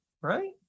right